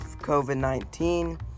COVID-19